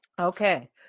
Okay